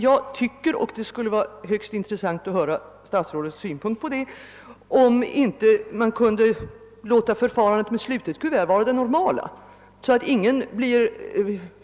Jag undrar — och det skulle vara högst intressant att höra statsrådets synpunkt på det — om inte förfarandet med slutet kuvert kunde få vara det normala, så att ingen blir